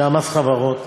שמס החברות,